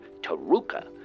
Taruka